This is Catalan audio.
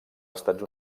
estats